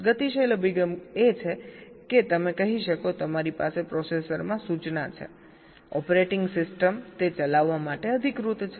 ગતિશીલ અભિગમ એ છે કે તમે કહી શકો તમારી પાસે પ્રોસેસરમાં સૂચના છે ઓપરેટિંગ સિસ્ટમ તે ચલાવવા માટે અધિકૃત હશે